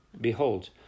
Behold